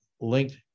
linked